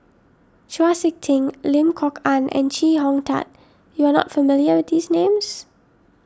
Chau Sik Ting Lim Kok Ann and Chee Hong Tat you are not familiar with these names